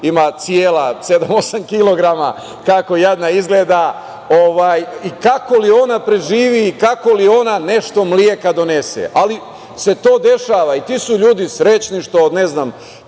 osam kilograma, kako jadna izgleda. Kako li ona preživi i kako li ona nešto mleka donese? Ali, to se dešava i ti su ljudi srećni što, ne znam,